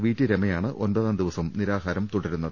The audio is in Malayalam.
വി ടി രമയാണ് ഒൻപതാം ദിവസവും നിരാഹാരം തുടരുന്നത്